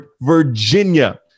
Virginia